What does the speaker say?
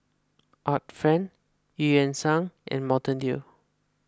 Art Friend Eu Yan Sang and Mountain Dew